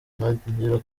ntangira